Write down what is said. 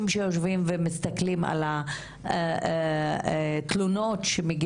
לא תמיד מקשרים ויודעים מה ההשלכות של כל פרסום.